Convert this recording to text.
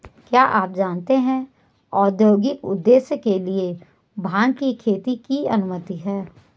क्या आप जानते है औद्योगिक उद्देश्य के लिए भांग की खेती की अनुमति है?